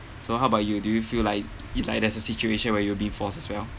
so how about you do you feel like it like there's a situation where you've been forced as well